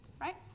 Right